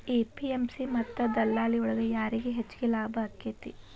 APMC ಮತ್ತ ದಲ್ಲಾಳಿ ಒಳಗ ಯಾರಿಗ್ ಹೆಚ್ಚಿಗೆ ಲಾಭ ಆಕೆತ್ತಿ?